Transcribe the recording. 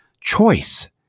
choice